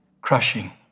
crushing